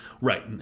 Right